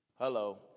hello